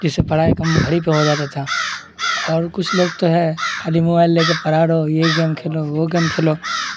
جس سے پڑھائی کا کام گھر ہی پہ ہو جاتا تھا اور کچھ لوگ تو ہے خالی موبائل لے کے پڑا رہو یہ گیم کھیلو وہ گیم کھیلو